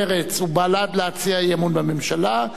מרצ ובל"ד להציע אי-אמון בממשלה,